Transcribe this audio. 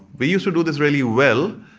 we used to do this really well,